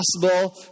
possible